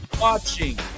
watching